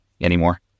anymore